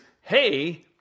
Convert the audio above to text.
hey